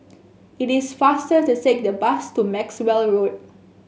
it is faster to take the bus to Maxwell Road